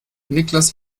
niklas